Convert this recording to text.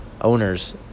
owners